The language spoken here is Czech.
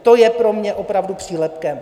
To je pro mě opravdu přílepkem.